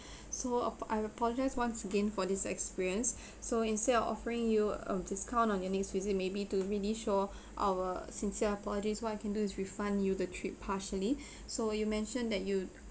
so ap~ I apologise once again for this experience so instead of offering you a discount on your next visit maybe to really show our sincere apologies what I can do is refund you the trip partially so you mentioned that you